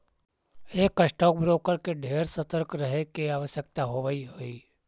एक stock broker के ढेर सतर्क रहे के आवश्यकता होब हई